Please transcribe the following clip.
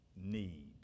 need